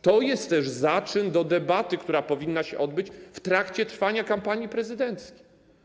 To jest też zaczyn do debaty, która powinna się odbyć w trakcie trwania kampanii prezydenckiej.